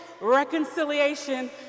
Reconciliation